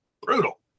brutal